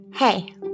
Hey